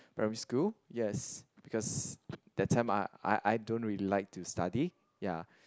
primary school yes because that time I I I don't really like to study ya